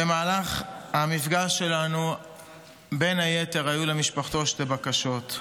במהלך המפגש שלנו בין היתר היו למשפחתו שתי בקשות: